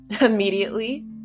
immediately